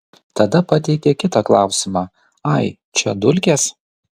tada pateikė kitą klausimą ai čia dulkės